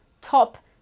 top